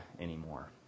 anymore